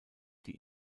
die